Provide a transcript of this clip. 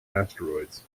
asteroids